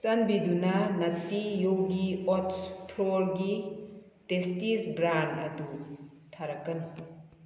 ꯆꯥꯟꯕꯤꯗꯨꯅ ꯅꯠꯇꯤ ꯌꯣꯒꯤ ꯑꯣꯠꯁ ꯐ꯭ꯂꯣꯔꯒꯤ ꯇꯦꯁꯇꯤꯁ ꯕ꯭ꯔꯥꯟ ꯑꯗꯨ ꯊꯥꯔꯛꯀꯅꯨ